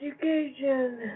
education